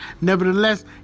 Nevertheless